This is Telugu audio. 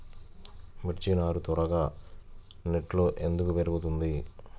మిర్చి నారు త్వరగా నెట్లో ఎందుకు పెరుగుతుంది?